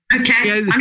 Okay